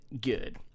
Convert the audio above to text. good